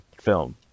film